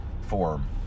form